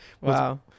Wow